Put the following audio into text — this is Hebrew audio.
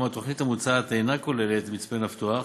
אולם התוכנית המוצעת אינה כוללת את מצפה-נפתוח,